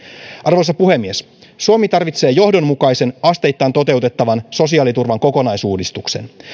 arvoisa puhemies suomi tarvitsee johdonmukaisen asteittain toteutettavan sosiaaliturvan kokonaisuudistuksen